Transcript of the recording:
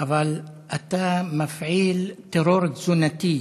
אבל אתה מפעיל טרור תזונתי,